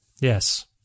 Yes